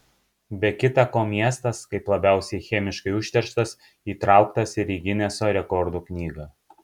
be kitą ko miestas kaip labiausiai chemiškai užterštas įtraukas ir į gineso rekordų knygą